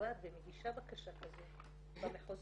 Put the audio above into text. למשרד ומגישה בקשה כזו במחוזות,